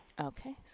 Okay